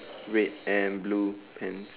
red and blue pants